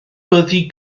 byddi